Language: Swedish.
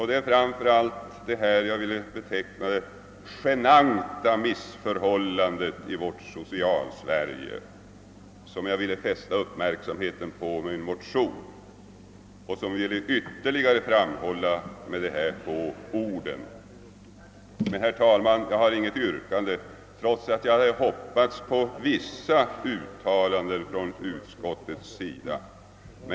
Det är framför allt detta genanta missförhållande i vårt välfärdssamhälle som jag velat fästa uppmärksamheten på med min motion och med dessa få ord. Jag har inget yrkande trots att jag hade hoppats på åtminstone några positiva uttalanden från utskottets sida.